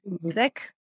music